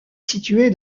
situé